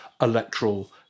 electoral